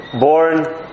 born